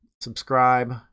subscribe